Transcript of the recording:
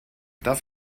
darf